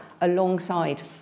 alongside